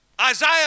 Isaiah